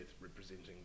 representing